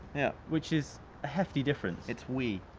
yeah which is hefty difference. it's wee.